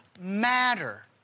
matter